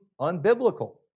unbiblical